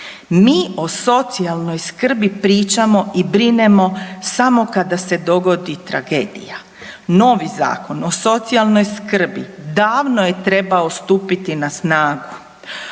Mi o socijalnoj skrbi pričamo i brinemo samo kada se dogodi tragedija. Novi Zakon o socijalnoj skrbi davno je trebao stupiti na snagu,